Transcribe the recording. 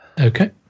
Okay